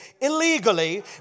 illegally